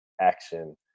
action